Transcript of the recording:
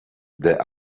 the